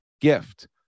gift